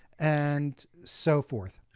and so forth.